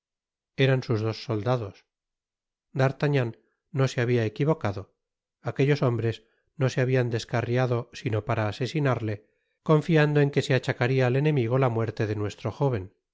eran sus dos soldados d'artagnan no se habia equivocado aquellos hombres no se habian descarriado sino para asesinarle confiando en que se achacaria al enemigo la muerte de nuestro jóven